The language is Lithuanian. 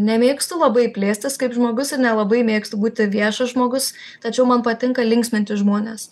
nemėgstu labai plėstis kaip žmogus ir nelabai mėgstu būti viešas žmogus tačiau man patinka linksminti žmones